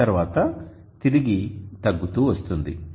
తరువాత తిరిగి తగ్గుతూ వస్తుంది